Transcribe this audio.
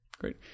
Great